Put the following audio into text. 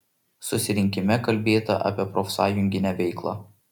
susirinkime kalbėta apie profsąjunginę veiklą